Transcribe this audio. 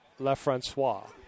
LaFrancois